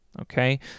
Okay